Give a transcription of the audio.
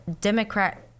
Democrat